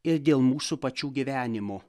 ir dėl mūsų pačių gyvenimo